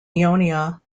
ionia